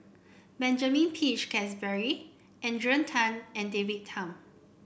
Benjamin Peach Keasberry Adrian Tan and David Tham